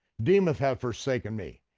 deimoth had forsaken me.